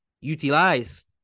utilize